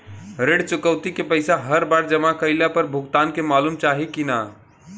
ऋण चुकौती के पैसा हर बार जमा कईला पर भुगतान के मालूम चाही की ना?